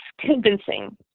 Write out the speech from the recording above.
convincing